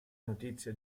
notizia